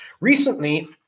Recently